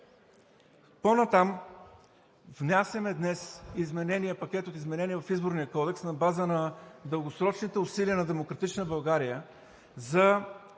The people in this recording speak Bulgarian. По-натам, внасяме днес пакет от изменения в Изборния кодекс на база на дългосрочните усилия на „Демократична България“ за